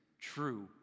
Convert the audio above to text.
true